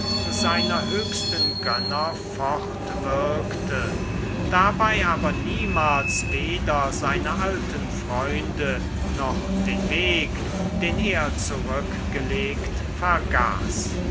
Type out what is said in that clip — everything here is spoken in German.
seiner höchsten gönner fortwirkte dabei aber niemals weder seine alten freunde noch den weg den er zurückgelegt vergaß